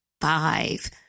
five